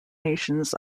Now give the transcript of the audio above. nations